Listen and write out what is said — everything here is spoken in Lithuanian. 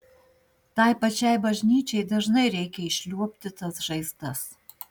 tai pačiai bažnyčiai dažnai reikia išliuobti tas žaizdas